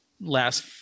last